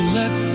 let